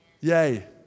Yay